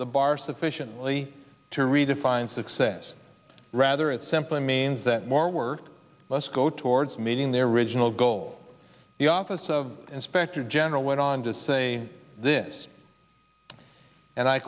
the bar sufficiently to redefine success rather it simply means that more work must go towards meeting their original goal the office of inspector general went on to say this and i